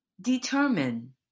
determine